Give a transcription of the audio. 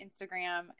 Instagram